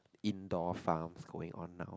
indoor farms going on now